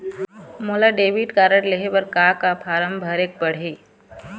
मोला debit card लेहे बर का का फार्म भरेक पड़ही?